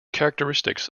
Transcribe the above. characteristics